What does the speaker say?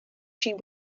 she